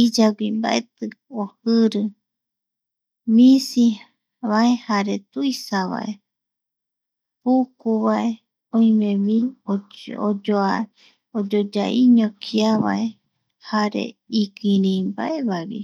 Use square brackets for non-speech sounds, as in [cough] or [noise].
iyagui mbati ojiri, misi vae jare jaa, pukuvae oimevi [hesitation] oyoa, oyoyaiño kiarevae, jare ikiririmbaevaevi.